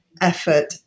effort